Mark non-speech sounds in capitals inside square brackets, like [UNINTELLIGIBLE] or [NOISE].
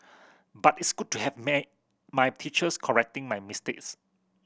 but it's good to have [UNINTELLIGIBLE] my teachers correcting my mistakes